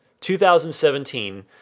2017